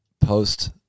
post